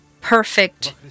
perfect